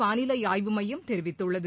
வானிலை ஆய்வுமையம் தெரிவித்துள்ளது